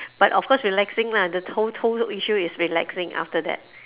but of course relaxing lah the total issue is relaxing after that